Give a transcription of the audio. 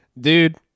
Dude